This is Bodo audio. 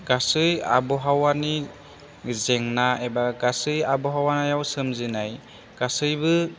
गासै आबहावानि जेंना एबा गासै आबहावायाव सोमजिनाय गासैबो